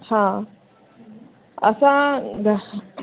हा असां